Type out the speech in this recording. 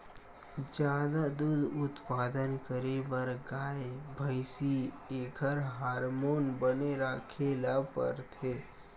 जादा दूद उत्पादन करे बर गाय, भइसी एखर हारमोन बने राखे ल परथे